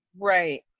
Right